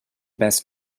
best